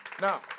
Now